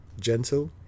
gentle